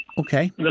Okay